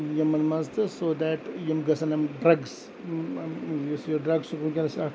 یِمَن مَنٛز تہٕ سو دیٹ یِم گَژھَن یِم ڈرَگِس یُس یہِ ڈرگسُک وِنکیٚنَس یہِ اَکھ